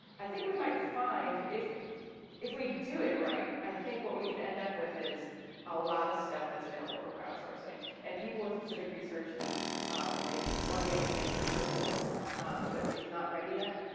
i think we might find, if if we do it right, i think what we could end up with is a lot of stuff that's available for crowdsourcing. and people with specific research needs and they wanna be able to make this searchable but it's not ready yet.